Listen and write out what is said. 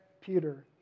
Peter